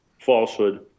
falsehood